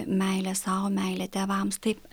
meilė sau meilė tėvams taip